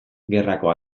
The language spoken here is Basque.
gerrako